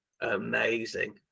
amazing